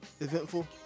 eventful